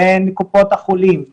בין קופות החולים,